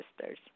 sisters